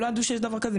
לא ידעו שיש דבר כזה,